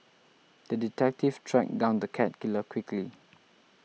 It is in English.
the detective tracked down the cat killer quickly